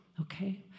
okay